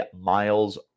Miles